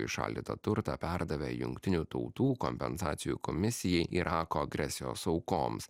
įšaldytą turtą perdavė jungtinių tautų kompensacijų komisijai irako agresijos aukoms